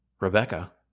Rebecca